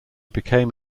became